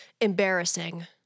embarrassing